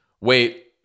wait